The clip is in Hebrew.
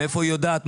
מאיפה היא יודעת?